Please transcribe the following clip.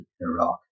Iraq